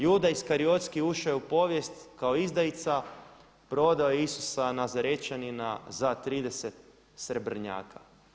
Juda Iskariotski ušao je u povijest kao izdajica, prodao je Isusa Nazarečanina za 30 srebrnjaka.